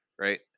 right